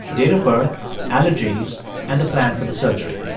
date of birth, allergies and the plan for the surgery.